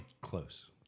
Close